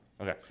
Okay